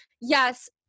yes